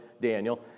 Daniel